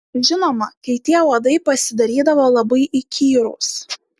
žinoma kai tie uodai pasidarydavo labai įkyrūs